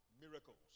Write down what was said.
miracles